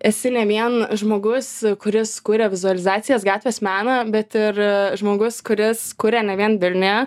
esi ne vien žmogus kuris kuria vizualizacijas gatvės meną bet ir žmogus kuris kuria ne vien vilniuje